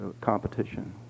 competition